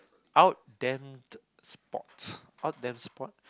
out dent sports out dent sports